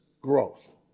growth